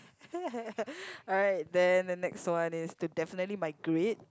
alright then the next one is to definitely migrate